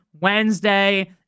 Wednesday